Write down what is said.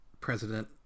president